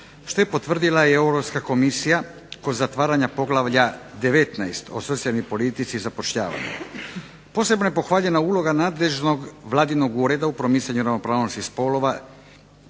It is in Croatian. što je potvrdila i Europska komisija kod zatvaranja poglavlja 19. o socijalnoj politici i zapošljavanju. Posebno je pohvaljena uloga nadležnog Vladinog ureda u promicanju ravnopravnosti spolova